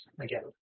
Again